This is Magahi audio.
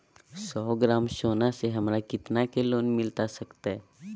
सौ ग्राम सोना से हमरा कितना के लोन मिलता सकतैय?